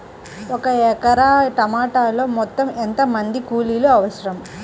ఒక ఎకరా టమాటలో మొత్తం ఎంత మంది కూలీలు అవసరం?